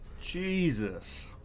Jesus